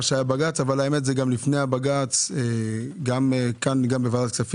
שהיה בג"ץ אבל האמת שזה גם לפני הבג"ץ זה עלה כאן בעבר,